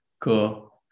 Cool